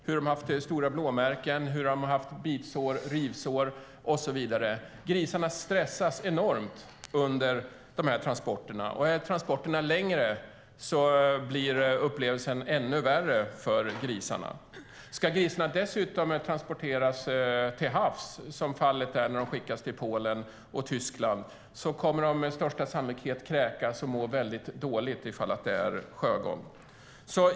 De har haft stora blåmärken, bitsår, rivsår och så vidare. Grisarna stressas enormt under transporterna. Om transporterna är längre blir upplevelsen ännu värre för grisarna. Om de dessutom ska transporteras till havs, som fallet är när de skickas till Polen och Tyskland, kommer de med största sannolikhet att kräkas och må dåligt om det är sjögång.